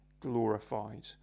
glorified